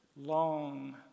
long